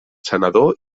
senador